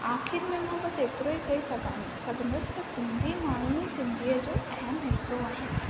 आख़िर में बस एतिरो ई चई सघां सघंदसि त सिंधी माण्हूं सिंधीअ जो अहम हिसो आहिनि